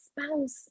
spouse